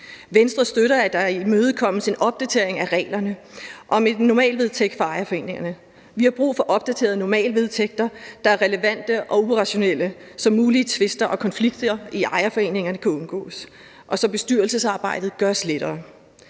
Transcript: Venstre støtter, at der imødekommes en opdatering af reglerne om en normalvedtægt for ejerforeningerne. Vi har brug for opdaterede normalvedtægter, der er relevante og operationelle, så mulige tvister og konflikter i ejerforeningerne kan undgås, og så bestyrelsesarbejdet gøres lettere.